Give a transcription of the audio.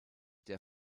der